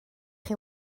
chi